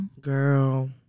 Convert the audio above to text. Girl